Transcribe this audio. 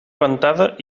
ventada